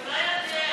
מציאות.